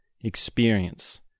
experience